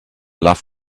love